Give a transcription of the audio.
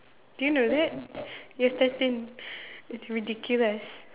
do you know that you're thirteen it's ridiculous